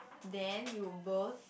then we were both